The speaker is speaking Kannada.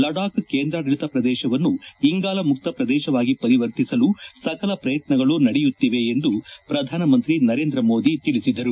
ಲಡಾಖ್ ಕೇಂದ್ರಾಡಳಿತ ಪ್ರದೇಶವನ್ನು ಇಂಗಾಲ ಮುಕ್ತ ಪ್ರದೇಶವಾಗಿ ಪರಿವರ್ತಿಸಲು ಸಕಲ ಪ್ರಯತ್ನಗಳು ನಡೆಯುತ್ತಿವೆ ಎಂದು ಪ್ರಧಾನಮಂತ್ರಿ ನರೇಂದ್ರ ಮೋದಿ ತಿಳಿಸಿದರು